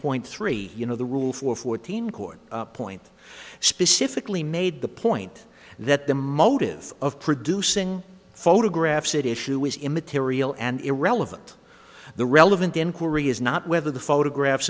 point three you know the rule for fourteen court point specifically made the point that the motive of producing photographs that issue was immaterial and irrelevant the relevant inquiry is not whether the photographs